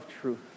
truth